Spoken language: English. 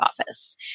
office